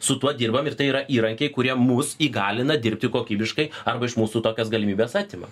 su tuo dirbam ir tai yra įrankiai kurie mus įgalina dirbti kokybiškai arba iš mūsų tokias galimybes atima